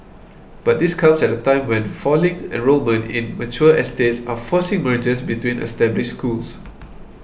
but this comes at a time when falling enrolment in mature estates are forcing mergers between established schools